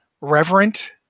reverent